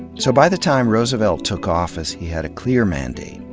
so by the time roosevelt took office, he had a clear mandate.